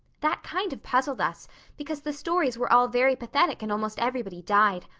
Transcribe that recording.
that kind of puzzled us because the stories were all very pathetic and almost everybody died.